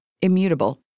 immutable